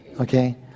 Okay